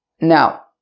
Now